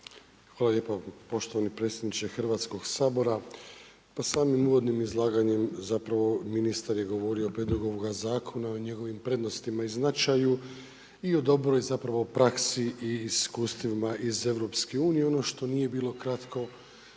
Hvala lijepa poštovani predsjedniče Hrvatskog sabora. Pa samim uvodnim izlaganjem zapravo ministar je govorio o prijedlogu ovoga zakona, o njegovim prednostima i značaju i o dobroj zapravo praksi i iskustvima iz EU. Ono što nije bilo kratko